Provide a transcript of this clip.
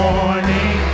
Morning